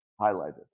highlighted